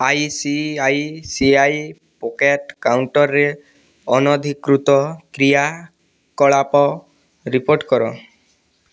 I C I C I pocket କାଉଣ୍ଟରରେ ଅନାଧିକୃତ କ୍ରିୟାକଳାପ ରିପୋର୍ଟ କର